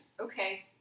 Okay